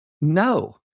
no